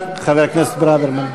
תודה, חבר הכנסת ברוורמן.